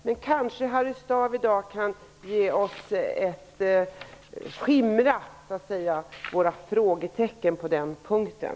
Men kanske Harry Staaf i dag kan skingra våra frågetecken på den punkten.